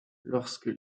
lorsque